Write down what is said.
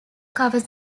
covers